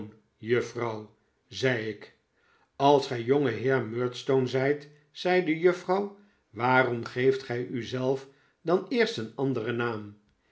juffrouw zei ik als gij jongeheer murdstone zijt zei de juffrouw waarom geeft gij u zelf dan eerst een anderen naam